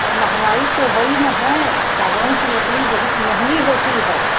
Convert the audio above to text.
तब महंगाई तो है ही ना है सागवन की लकड़ी बहुत महंगी होती है